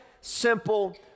simple